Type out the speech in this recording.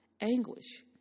anguish